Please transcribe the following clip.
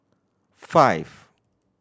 five